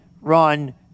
Run